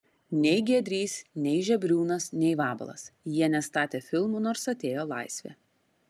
nei giedrys nei žebriūnas nei vabalas jie nestatė filmų nors atėjo laisvė